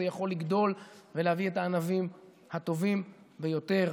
יכול לגדול ולהביא את הענבים הטובים ביותר.